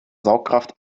saugkraft